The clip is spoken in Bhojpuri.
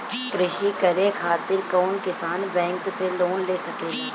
कृषी करे खातिर कउन किसान बैंक से लोन ले सकेला?